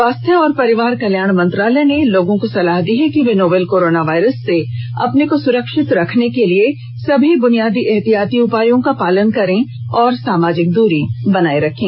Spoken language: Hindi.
स्वास्थ्य और परिवार कल्याण मंत्रालय ने लोगों को सलाह दी है कि वे नोवल कोरोना वायरस से अपने को सुरक्षित रखने के लिए सभी बुनियादी एहतियाती उपायों का पालन करें और सामाजिक दूरी बनाए रखें